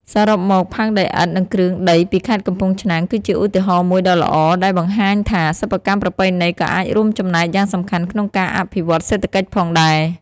សរុបមក ផើងដីឥដ្ឋ និងគ្រឿងដីពីខេត្តកំពង់ឆ្នាំង គឺជាឧទាហរណ៍មួយដ៏ល្អដែលបង្ហាញថា សិប្បកម្មប្រពៃណីក៏អាចរួមចំណែកយ៉ាងសំខាន់ក្នុងការអភិវឌ្ឍសេដ្ឋកិច្ចផងដែរ។